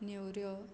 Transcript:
नेवऱ्यो